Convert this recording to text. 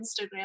Instagram